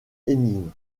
énigme